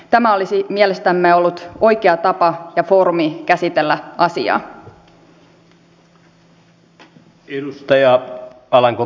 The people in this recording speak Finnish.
edustaja heinonen kysyi myös kehyshaasteista mutta myös tästä eun avunantolainsäädännön edistymisestä